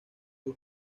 sus